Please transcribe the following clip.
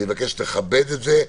אני מבקש שתכבד את זה.